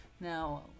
Now